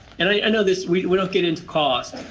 and i mean and know this. we will get into cost.